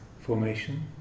formation